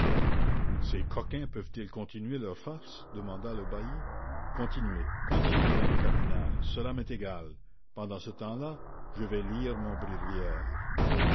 ces coquins peuvent-ils continuer leur farce demanda le bailli continuez continuez dit le cardinal cela m'est égal pendant ce temps-là je vais lire mon